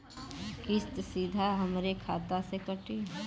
किस्त सीधा हमरे खाता से कटी?